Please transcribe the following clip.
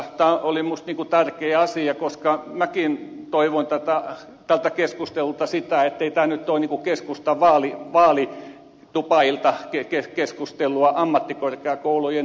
tämä oli minusta tärkeä asia koska minäkin toivoin tältä keskustelulta sitä ettei tämä nyt ole niin kuin keskustan vaalitupailtakeskustelua ammattikorkeakoulujen aloituspaikoista